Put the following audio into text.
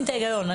ההיגיון.